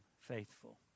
faithful